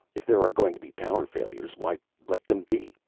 if there are going to be power failures, why, let them be.